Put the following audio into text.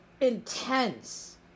intense